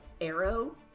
arrow